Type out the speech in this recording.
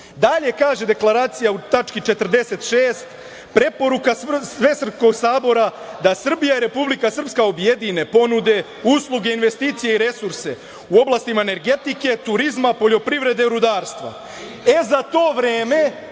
kaže deklaracija u tački 46 – preporuka Svesrpskog sabora da Srbija i Republika srpska objedine, ponude usluge, investicije i resurse u oblastima energetike, turizma, poljoprivrede i rudarstva. Za to vreme